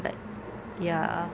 like ya